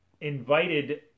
invited